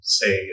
say